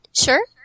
Sure